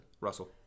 russell